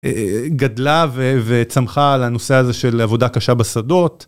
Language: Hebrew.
גדלה וצמחה על הנושא הזה של עבודה קשה בשדות.